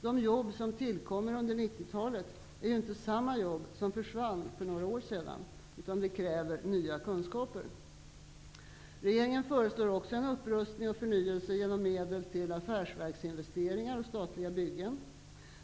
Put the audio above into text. De jobb som tillkommer under 90-talet är inte samma jobb som försvann för några år sedan, och det kräver nya kunskaper. Regeringen föreslår också en upprustning och förnyelse genom att avsätta medel till affärsverksinvesteringar och statliga byggen.